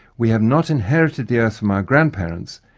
we have not inherited the earth from our grandparents,